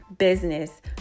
business